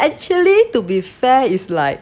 actually to be fair is like